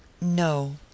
No